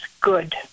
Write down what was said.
good